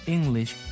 English